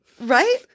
Right